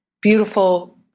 beautiful